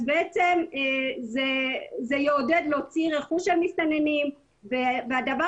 זה יעודד להוציא רכוש של מסתננים והדבר